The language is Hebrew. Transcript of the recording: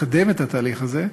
לקדם את התהליך הזה,